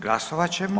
Glasovat ćemo.